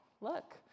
look